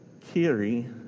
Kiri